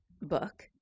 book